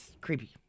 Creepy